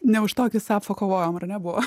ne už tokį safą kovojom ar ne buvo